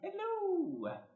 Hello